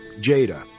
Jada